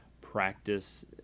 practice